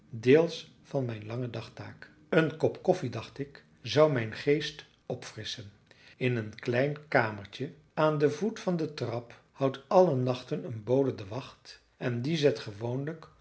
deels van mijn lange dagtaak een kop koffie dacht ik zou mijn geest opfrisschen in een klein kamertje aan den voet van de trap houdt alle nachten een bode de wacht en die zet gewoonlijk